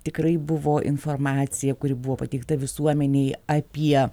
tikrai buvo informacija kuri buvo pateikta visuomenei apie